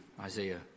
Isaiah